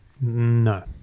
No